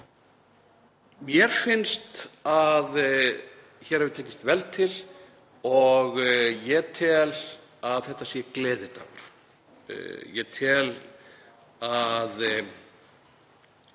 Mér finnst að hér hafi tekist vel til og ég tel að þetta sé gleðidagur. Ég tel að